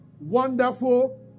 Wonderful